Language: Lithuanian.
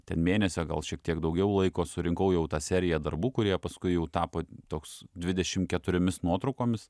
ten mėnesio gal šiek tiek daugiau laiko surinkau jau tą seriją darbų kurie paskui jau tapo toks dvidešim keturiomis nuotraukomis